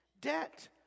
debt